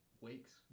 weeks